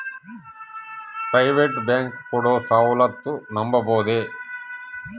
Private bank ಕೊಡೊ ಸೌಲತ್ತು ನಂಬಬೋದ?